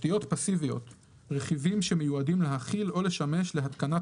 "תשתיות פסיביות" רכיבים שמיועדים להכיל או לשמש להתקנת